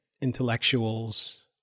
intellectuals